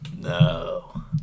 No